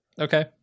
Okay